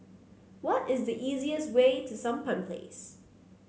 what is the easiest way to Sampan Place